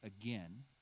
again